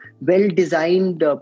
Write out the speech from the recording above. well-designed